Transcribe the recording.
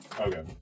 Okay